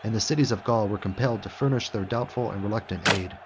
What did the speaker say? and the cities of gaul were compelled to furnish their doubtful and reluctant aid.